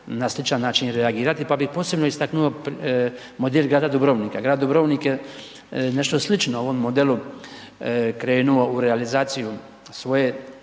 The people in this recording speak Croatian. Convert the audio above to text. na sličan način reagirati, pa bi posebno istaknuo model grada Dubrovnika. Grad Dubrovnik je nešto slično ovom modelu, krenuo u realizaciju svoje